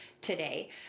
today